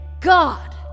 God